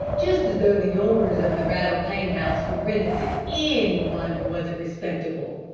just as though the owners of the rattle-pane house would rent it to any one who wasn't respectable!